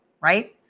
right